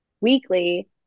weekly